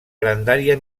grandària